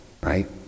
right